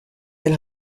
elle